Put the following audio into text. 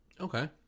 Okay